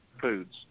foods